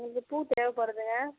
எங்களுக்கு பூ தேவைப்படுதுங்க